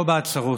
לא בהצהרות.